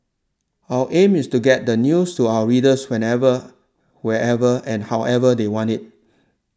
our aim is to get the news to our readers whenever wherever and however they want it